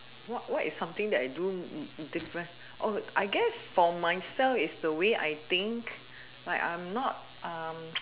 what what is something that I do is is different oh I guess for myself is the way I think like I'm not